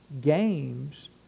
games